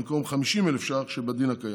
במקום 50,000 ש"ח שבדין הקיים.